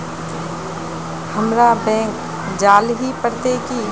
हमरा बैंक जाल ही पड़ते की?